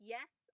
Yes